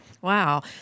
Wow